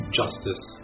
justice